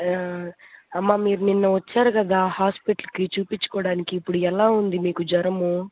అమ్మ మీరు నిన్న వచ్చారు కదా హాస్పిటల్కి చూపించుకోవడానికి ఇప్పుడు ఎలా ఉంది మీకు జ్వరము